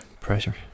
Pressure